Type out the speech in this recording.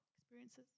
experiences